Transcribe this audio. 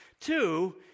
Two